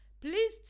Please